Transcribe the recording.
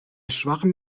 schwachem